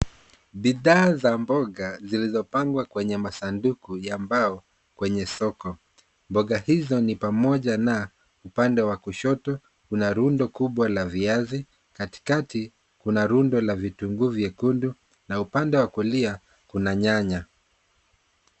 Bidhaa za mboga zilizopangwa kwenye masanduku ya mbao Kwenye soko. Mboga hizo ni pamoja na upande wa kushoto, kuna rundo kubwa la viazi, katikati kuna rundo la vitunguu vyekundu na upande wa kulia kuna nyanya.